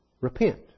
repent